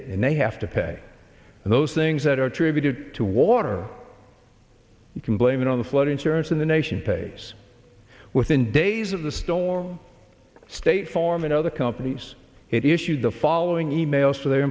it and they have to pay and those things that are attributed to water you can blame it on the flood insurance in the nation pays within days of the storm state farm and other companies it issued the following e mails to their